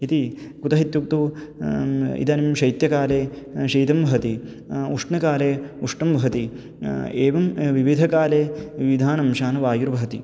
इति कुतः इत्युक्तौ इदानीं शैत्यकाले शीतं वहति उष्णकाले उष्णं वहति एवं विविधकाले विधान् अंशान् वायुर्वहति